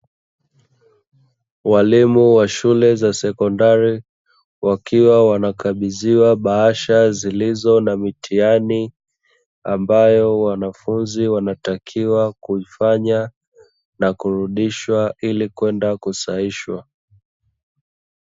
Walimu wa shule za sekondari, wakiwa wanakabidhiwa bahasha zilizo na mitihani ambayo wanafunzi wanatakiwa kuifanya na kurudishwa ili kwenda kusahihishwa.